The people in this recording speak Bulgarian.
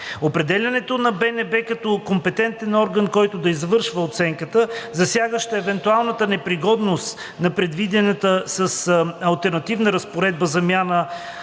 Определянето на БНБ като компетентен орган, който да извършва оценката, засягаща евентуалната непригодност на предвидена с алтернативна разпоредба замяна